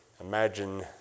Imagine